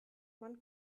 man